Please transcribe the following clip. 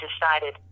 decided